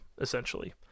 essentially